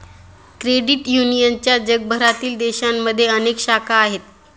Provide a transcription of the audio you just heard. credit युनियनच्या जगभरातील देशांमध्ये अनेक शाखा आहेत